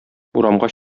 урамга